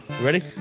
Ready